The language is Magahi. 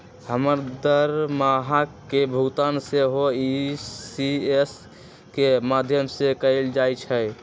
हमर दरमाहा के भुगतान सेहो इ.सी.एस के माध्यमें से कएल जाइ छइ